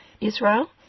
Israel